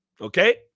Okay